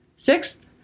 Sixth